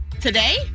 Today